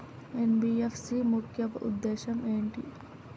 NBFC ముఖ్య ఉద్దేశం ఏంటి?